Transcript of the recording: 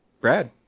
Brad